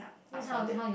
uh from that